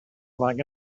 like